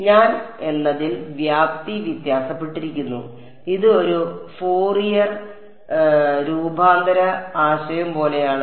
ഞാൻ എന്നതിൽ വ്യാപ്തി വ്യത്യാസപ്പെട്ടിരിക്കുന്നു ഇത് ഒരു ഫോറിയർ രൂപാന്തര ആശയം പോലെയാണ്